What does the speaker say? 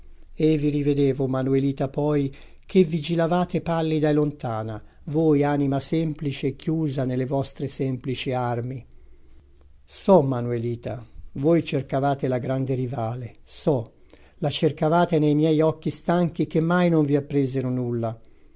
e vi rivedevo manuelita poi che vigilavate pallida e lontana voi anima semplice chiusa nelle vostre semplici armi so manuelita voi cercavate la grande rivale so la cercavate nei miei occhi stanchi che mai non vi appresero nulla